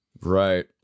right